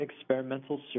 experimental